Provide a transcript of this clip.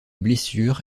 blessures